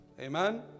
Amen